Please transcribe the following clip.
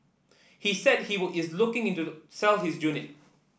he said he was is looking in to sell his unit